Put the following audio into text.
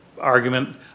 argument